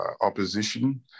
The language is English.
opposition